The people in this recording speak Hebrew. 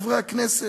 חברי חברי הכנסת: